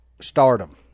stardom